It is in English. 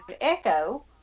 Echo